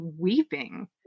weeping